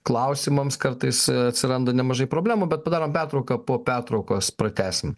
klausimams kartais atsiranda nemažai problemų bet padarom pertrauką po pertraukos pratęsim